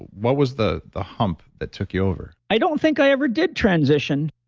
what was the the hump that took you over? i don't think i ever did transition.